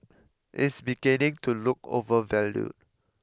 is beginning to look overvalued